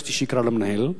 וביקשתי שיקרא למנהל.